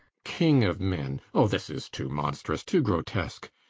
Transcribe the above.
king of men! oh, this is too monstrous, too grotesque.